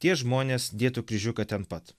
tie žmonės dėtų kryžiuką ten pat